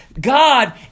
God